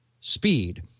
speed